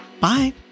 Bye